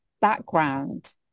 background